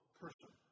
person